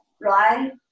right